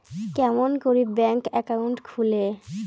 কেমন করি bank account খুলে?